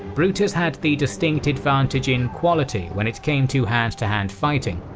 brutus had the distinct advantage in quality when it came to hand to hand fighting.